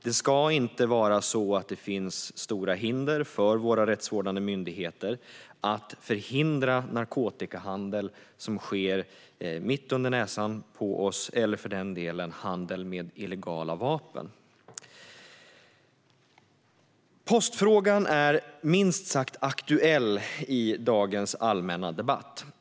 Det ska inte finnas stora hinder för våra rättsvårdande myndigheter att förhindra narkotikahandel som sker mitt under näsan på oss eller för den delen handel med illegala vapen. Postfrågan är minst sagt aktuell i dagens allmänna debatt.